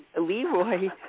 Leroy